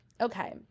Okay